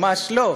ממש לא,